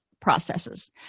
processes